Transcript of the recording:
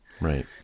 Right